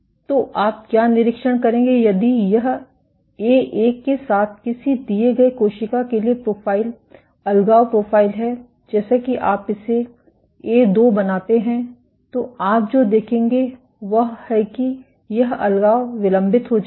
तो आप क्या निरीक्षण करेंगे यदि यह ए 1 के साथ किसी दिए गए कोशिका के लिए प्रोफाइल अलगाव प्रोफाइल है जैसा कि आप इसे ए 2 बनाते हैं तो आप जो देखेंगे वह है कि यह अलगाव विलंबित हो जाएगा